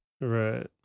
Right